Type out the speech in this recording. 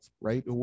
right